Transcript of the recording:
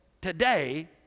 today